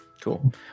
Cool